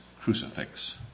crucifix